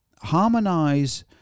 Harmonize